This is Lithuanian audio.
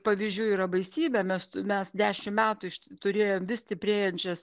pavyzdžių yra baisybė mes mes dešim metų iš turėjom vis stiprėjančias